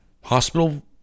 hospital